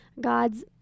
God's